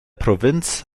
provinz